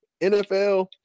NFL